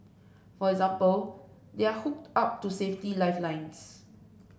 for example they are hooked up to safety lifelines